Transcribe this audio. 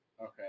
Okay